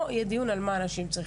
פה יהיה דיון על מה נשים צריכות.